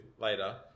later